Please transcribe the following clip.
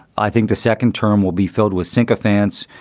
i think the second term will be filled with sycophants,